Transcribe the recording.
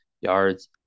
yards